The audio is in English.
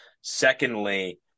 Secondly